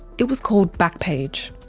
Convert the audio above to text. it was called backpage.